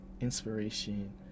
inspiration